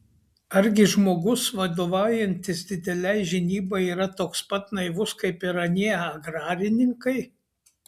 argi žmogus vadovaujantis didelei žinybai yra toks pat naivus kaip ir anie agrarininkai